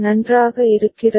நன்றாக இருக்கிறதா